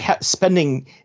spending